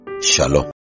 Shalom